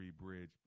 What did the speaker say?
Bridge